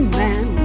man